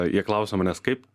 jie klausia manęs kaip